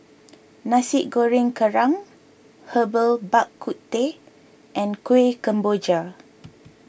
Nasi Goreng Kerang Herbal Bak Ku Teh and Kuih Kemboja